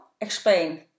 explain